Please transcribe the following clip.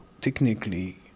technically